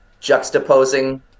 juxtaposing